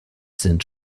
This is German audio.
sind